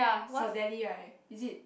Cedele right is it